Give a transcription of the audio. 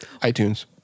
iTunes